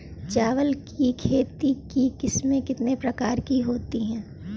चावल की खेती की किस्में कितने प्रकार की होती हैं?